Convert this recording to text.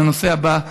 הנושא הבא.